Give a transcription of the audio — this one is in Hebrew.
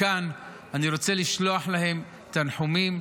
מכאן אני רוצה לשלוח להם תנחומים.